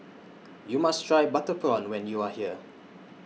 YOU must Try Butter Prawn when YOU Are here